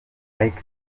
mike